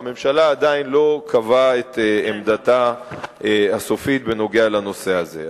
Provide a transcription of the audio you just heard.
והממשלה עדיין לא קבעה את עמדתה הסופית בנוגע לנושא הזה.